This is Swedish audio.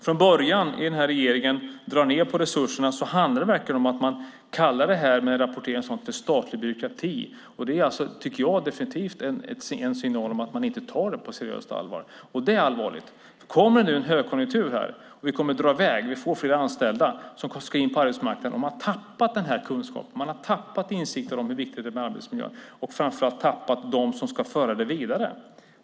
Från början drog den här regeringen ned på resurserna. Man kallade rapportering och sådant för statlig byråkrati. Jag tycker att det definitivt är en signal om att man inte tar det på allvar, och det är allvarligt. Kommer det nu en högkonjunktur och vi får fler anställda som ska in på arbetsmarknaden har man tappat den här kunskapen. Man har tappat insikten om hur viktig arbetsmiljön är, och framför allt har man tappat dem som ska föra det vidare.